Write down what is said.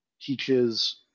teaches